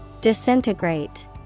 Disintegrate